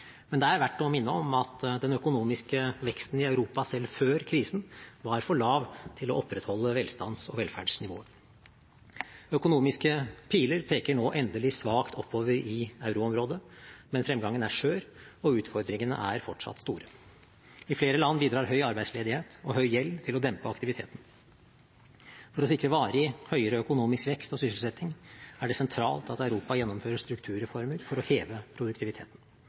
Men det er verdt å minne om at den økonomiske veksten i Europa selv før krisen var for lav til å opprettholde velstands- og velferdsnivået. Økonomiske piler peker nå endelig svakt oppover i euroområdet, men fremgangen er skjør, og utfordringene er fortsatt store. I flere land bidrar høy arbeidsledighet og høy gjeld til å dempe aktiviteten. For å sikre varig høyere økonomisk vekst og sysselsetting er det sentralt at Europa gjennomfører strukturreformer for å heve produktiviteten.